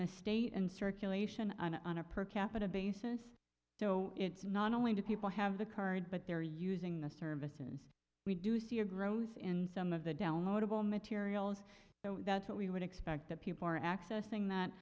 the state and circulation on a per capita basis so it's not only do people have the card but they're using the services we do see a grows in some of the downloadable materials that's what we would expect that people are accessing that